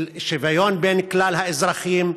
של שוויון בין כלל האזרחים,